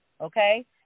Okay